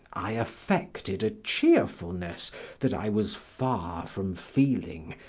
i affected a cheerfulness that i was far from feeling,